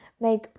make